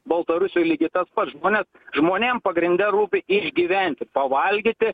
baltarusijoj lygiai tas pats žmonės žmonėm pagrinde rūpi išgyventi pavalgyti